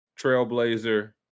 Trailblazer